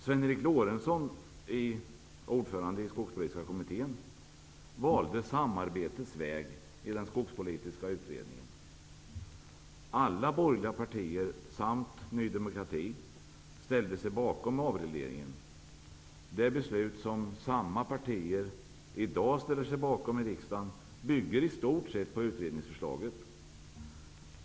Sven-Eric Lorentzon, ordförande i Skogspolitiska kommittén, valde samarbetets väg i den skogspolitiska utredningen. Alla borgerliga partier samt Ny demokrati ställde sig bakom avregleringen. Det beslut som samma partier i dag ställer sig bakom i riksdagen bygger i stort sett på utredningsförslaget.